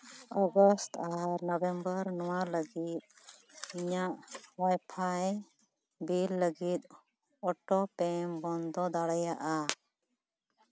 August ᱟᱨ November ᱱᱚᱣᱟ ᱞᱟᱹᱜᱤᱫ ᱤᱧᱟᱹᱜ ᱚᱣᱟᱭᱼᱯᱷᱟᱭ ᱵᱤᱞ ᱞᱟᱹᱜᱤᱫ ᱚᱴᱳ ᱯᱮᱢ ᱵᱚᱱᱫᱚ ᱫᱟᱲᱮᱭᱟᱜᱼᱟ